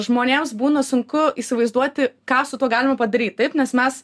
žmonėms būna sunku įsivaizduoti ką su tuo galima padaryt taip nes mes